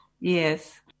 Yes